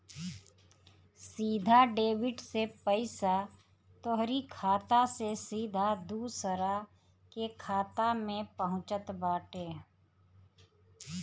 सीधा डेबिट से पईसा तोहरी खाता से सीधा दूसरा के खाता में पहुँचत बाटे